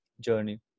journey